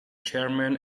chairman